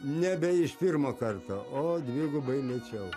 nebe iš pirmo karto o dvigubai lėčiau